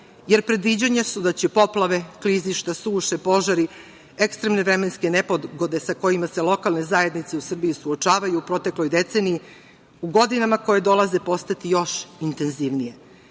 jer predviđanja su da će poplave, klizišta, suše, požari, ekstremne vremenske nepogode sa kojima se lokalne zajednice u Srbiji suočavaju u protekloj deceniji, u godinama koje dolaze postati još intenzivnije. Mere